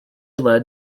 led